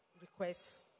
requests